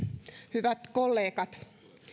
hyvät kollegat